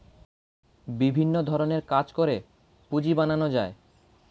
বিভিন্ন ধরণের কাজ করে পুঁজি বানানো যায়